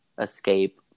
escape